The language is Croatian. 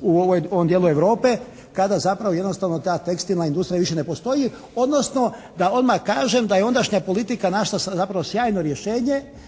u onom dijelu Europe kada zapravo jednostavno ta tekstilna industrija više ne postoji odnosno da odmah kažem da je ondašnja politika našla zapravo sjajno rješenje.